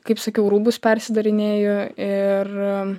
kaip sakiau rūbus persidarinėju ir